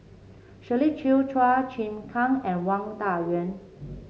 Shirley Chew Chua Chim Kang and Wang Dayuan